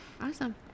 Awesome